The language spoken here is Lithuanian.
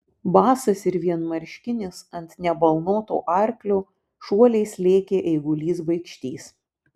basas ir vienmarškinis ant nebalnoto arklio šuoliais lėkė eigulys baikštys